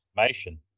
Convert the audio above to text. information